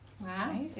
Wow